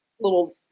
little